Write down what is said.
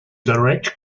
direct